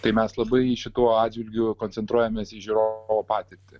tai mes labai šituo atžvilgiu koncentruojamės į žiūrovo patirtį